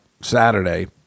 Saturday